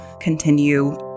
continue